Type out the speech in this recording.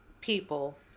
people